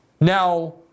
Now